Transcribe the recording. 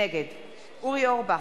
נגד אורי אורבך,